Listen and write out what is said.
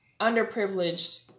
underprivileged